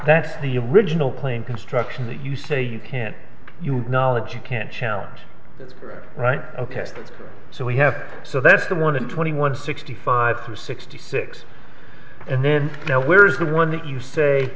that's the original plane construction that you say you can't you knowledge you can't challenge that right ok so we have so that's the one in twenty one sixty five to sixty six and then now where is the one that you say